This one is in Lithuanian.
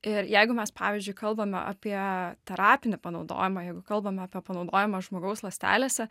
ir jeigu mes pavyzdžiui kalbame apie terapinį panaudojimą jeigu kalbame apie panaudojimą žmogaus ląstelėse